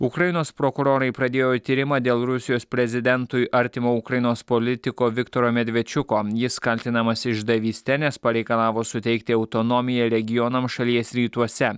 ukrainos prokurorai pradėjo tyrimą dėl rusijos prezidentui artimo ukrainos politiko viktoro medvečiuko jis kaltinamas išdavyste nes pareikalavo suteikti autonomiją regionams šalies rytuose